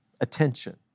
attention